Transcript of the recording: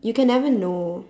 you can never know